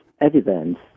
evidence